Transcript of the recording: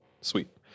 Sweet